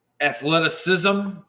athleticism